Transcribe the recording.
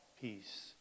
peace